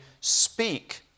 speak